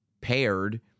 paired